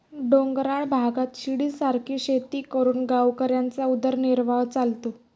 डोंगराळ भागात शिडीसारखी शेती करून गावकऱ्यांचा उदरनिर्वाह चालतो